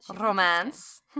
Romance